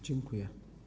Dziękuję.